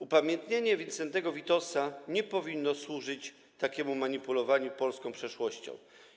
Upamiętnienie Wincentego Witosa nie powinno służyć takiemu manipulowaniu polską przeszłością.